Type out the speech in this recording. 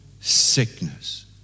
sickness